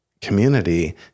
community